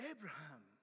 Abraham